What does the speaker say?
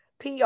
PR